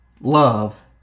love